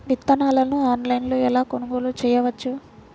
విత్తనాలను ఆన్లైనులో ఎలా కొనుగోలు చేయవచ్చు?